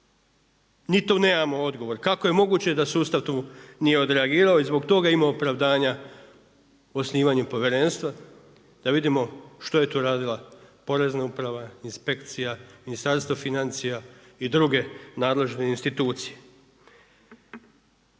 Ni tu nemamo odgovor. Kako je moguće da sustav tu nije odreagiralo i zbog toga ima opravdanja osnivanje povjerenstva, da vidimo što je tu radila Porezna uprava, inspekcija, Ministarstvo financija i druge nadležne institucije.